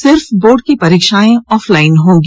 सिर्फ बोर्ड की परीक्षाएं ही ऑफ लाईन होंगी